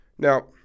Now